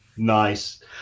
Nice